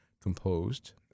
composed